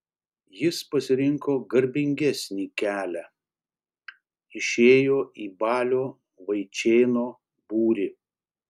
jis pasirinko garbingesnį kelią išėjo į balio vaičėno būrį